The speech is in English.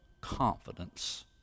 confidence